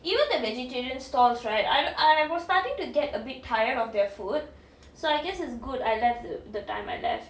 even the vegetarian stalls right I I was starting to get a bit tired of their food so I guess it's good I left the time I left